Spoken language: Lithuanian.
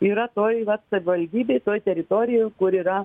yra toj vat savivaldybėj toj teritorijoj kur yra